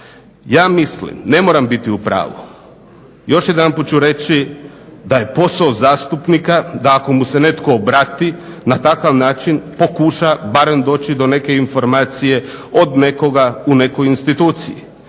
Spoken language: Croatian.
Ja mislim, ne moram biti u pravu, još jedanput ću reći da je posao zastupnika da ako mu se netko obrati na takav način pokuša barem doći do neke informacije od nekoga u nekoj instituciji.